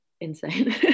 insane